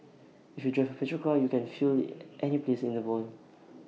if you drive A petrol car you can fuel IT any place in the world